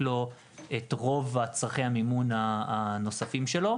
לו את רוב צורכי המימון הנוספים שלו.